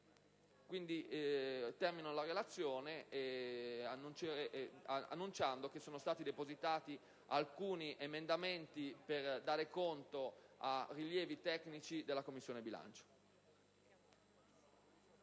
rifiuti. In conclusione, annuncio che sono stati presentati alcuni emendamenti per dare conto a rilievi tecnici della Commissione bilancio.